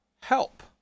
help